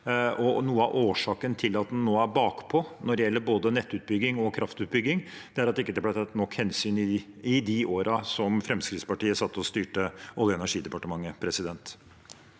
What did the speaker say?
noe av årsaken til at man nå er bakpå når det gjelder både nettutbygging og kraftutbygging, er at det ikke ble tatt nok hensyn i de årene som Fremskrittspartiet satt og styrte Olje- og energidepartementet.